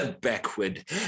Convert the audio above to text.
backward